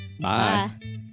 Bye